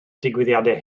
digwyddiadau